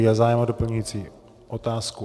Je zájem o doplňující otázku?